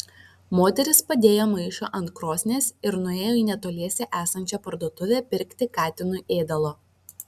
moteris padėjo maišą ant krosnies ir nuėjo į netoliese esančią parduotuvę pirkti katinui ėdalo